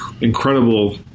incredible